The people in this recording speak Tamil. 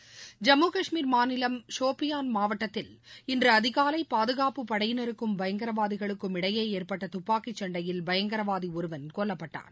ஐம்மு கஷ்மீர் மாநிலம் சோபியான் மாவட்டத்தில் இன்றுஅதிகாலைபாதுகாப்புப் படையினருக்கும் பயங்கரவதிகளுக்கும் இடையேஏற்பட்டதப்பாக்கிசண்டையில் பயங்கரவாதிஒருவன் கொல்லப்பட்டான்